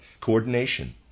Coordination